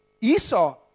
Esau